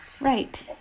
Right